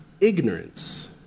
ignorance